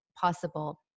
possible